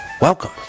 Welcome